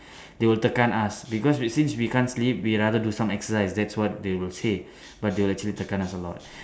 they will tekan us because it seems we can't sleep we rather do some exercise that's what they will say but they will actually tekan us a lot